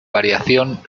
variación